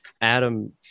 adam